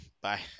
Bye